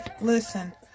listen